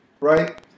right